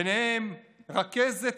ביניהן רכזת